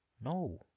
no